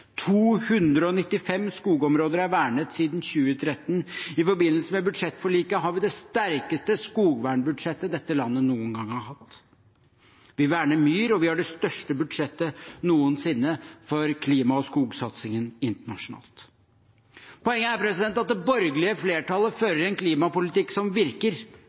295 skogområder er vernet siden 2013. I forbindelse med budsjettforliket har vi det sterkeste skogvernbudsjettet dette landet noen gang har hatt. Vi verner myr, og vi har det største budsjettet noensinne for klima- og skogsatsingen internasjonalt. Poenget er at det borgerlige flertallet fører en klimapolitikk som virker.